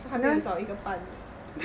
我再找一个伴